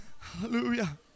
Hallelujah